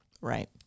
Right